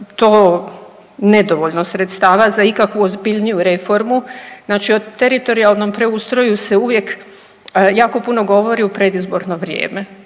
to nedovoljno sredstava za ikakvu ozbiljniju reformu. Znači o teritorijalnom preustroju se uvijek jako puno govori u predizborno vrijeme,